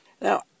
Now